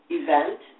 event